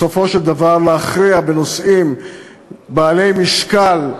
בסופו של דבר להכריע בנושאים בעלי משקל,